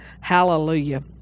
Hallelujah